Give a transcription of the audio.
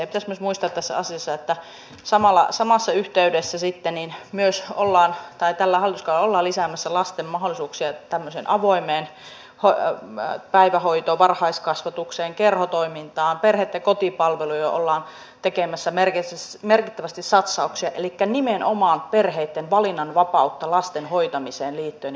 pitäisi muistaa tässä asiassa myös että samassa yhteydessä sitten myös tällä hallituskaudella ollaan lisäämässä lasten mahdollisuuksia tämmöiseen avoimeen päivähoitoon varhaiskasvatukseen kerhotoimintaan perheitten kotipalveluihin ollaan tekemässä merkittävästi satsauksia elikkä nimenomaan perheitten valinnanvapautta lasten hoitamiseen liittyen ollaan lisäämässä